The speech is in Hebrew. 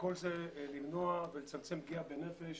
וכל זה כדי למנוע ולצמצם פגיעה בנפש